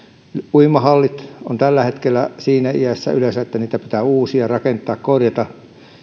uimahallit ovat tällä hetkellä yleensä siinä iässä että niitä pitää uusia rakentaa korjata